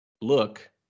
Look